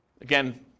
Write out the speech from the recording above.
Again